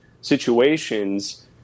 situations